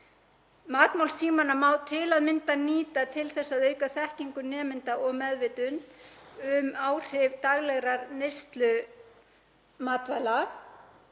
Matmálstímana má til að mynda nýta til þess að auka þekkingu nemenda og meðvitund um áhrif daglegar neyslu matvæla.